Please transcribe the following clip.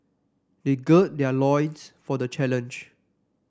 they gird their loins for the challenge